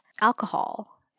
alcohol